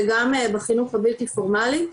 וגם בחינוך הבלתי פורמלי.